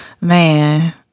Man